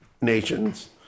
nations